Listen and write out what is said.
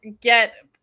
get